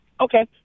Okay